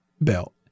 belt